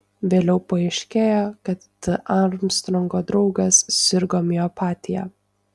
vėliau išaiškėjo kad t armstrongo draugas sirgo miopatija